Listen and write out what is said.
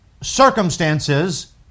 circumstances